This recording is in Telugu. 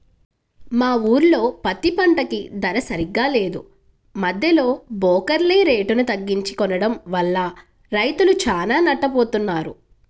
మా ఊర్లో పత్తి పంటకి ధర సరిగ్గా లేదు, మద్దెలో బోకర్లే రేటుని తగ్గించి కొనడం వల్ల రైతులు చానా నట్టపోతన్నారు